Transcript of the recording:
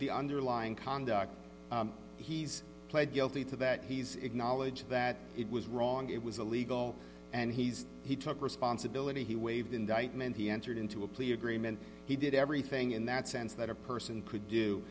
the underlying conduct he's pled guilty to that he's acknowledged that it was wrong it was illegal and he's he took responsibility he waived indictment he entered into a plea agreement he did everything in that sense that a person could do